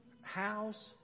house